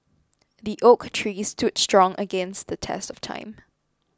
the oak tree stood strong against the test of time